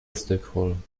استکهلم